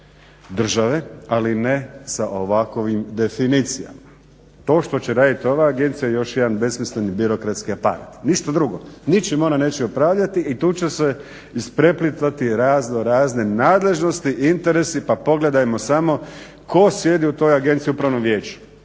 države, ali ne sa ovakvim definicijama. To što će raditi ova agencija još je jedan besmisleni birokratski aparat. Ništa drugo. Ničim ona neće upravljati i tu će se ispreplitati raznorazne nadležnosti i interesi pa pogledajmo samo tko sjedi u toj agenciji u upravnom vijeću,